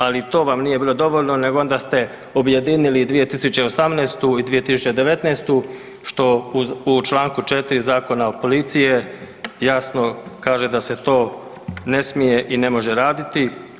Ali i to vam nije bilo dovoljno, nego onda ste objedinili i 2018. i 2019. što u članku 4. Zakonu o policiji jasno kaže da se to ne smije i ne može raditi.